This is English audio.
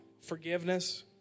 forgiveness